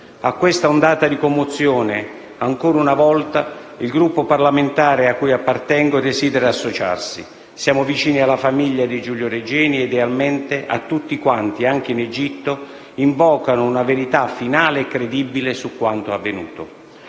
A questa ondata di commozione, ancora una volta, il Gruppo parlamentare a cui appartengo desidera associarsi. Siamo vicini alla famiglia di Giulio Regeni e, idealmente, a tutti quanti - anche in Egitto - invocano una verità finale e credibile su quanto avvenuto.